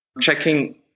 checking